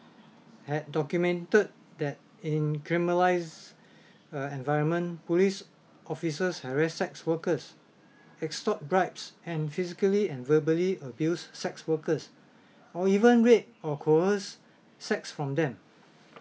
had documented that in criminalize uh environment police officers harass sex workers extort bribes and physically and verbally abuse sex workers or even rape or coerce sex from them